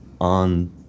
on